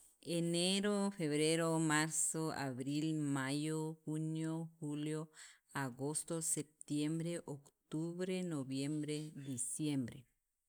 enero, febrero, marzo, abril, mayo, junio, julio, septiembre, octubre, noviembre, diciembre.